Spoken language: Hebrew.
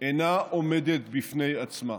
אינה עומדת בפני עצמה.